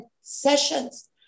sessions